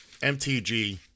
MTG